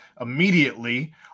immediately